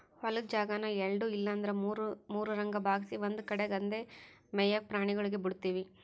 ಹೊಲುದ್ ಜಾಗಾನ ಎಲ್ಡು ಇಲ್ಲಂದ್ರ ಮೂರುರಂಗ ಭಾಗ್ಸಿ ಒಂದು ಕಡ್ಯಾಗ್ ಅಂದೇ ಮೇಯಾಕ ಪ್ರಾಣಿಗುಳ್ಗೆ ಬುಡ್ತೀವಿ